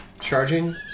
Charging